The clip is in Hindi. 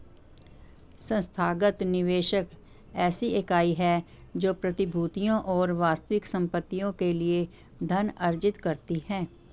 संस्थागत निवेशक ऐसी इकाई है जो प्रतिभूतियों और वास्तविक संपत्तियों के लिए धन अर्जित करती है